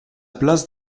place